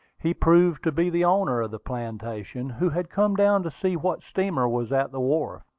he proved to be the owner of the plantation, who had come down to see what steamer was at the wharf.